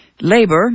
labor